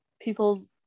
people